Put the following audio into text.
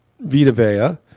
Vitavea